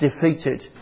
defeated